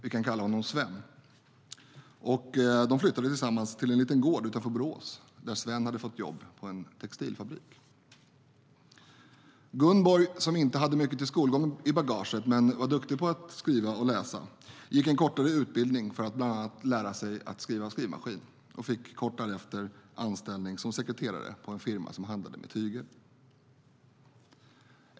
Vi kan kalla honom Sven. De flyttade tillsammans till en liten gård utanför Borås där Sven hade fått jobb på en textilfabrik. Gunborg, som inte hade mycket till skolgång i bagaget men var duktig på att skriva och läsa, gick en kortare utbildning för att lära sig skriva maskin och fick kort därefter anställning som sekreterare på en firma som handlade med tyger.